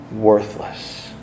worthless